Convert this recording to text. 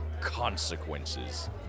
consequences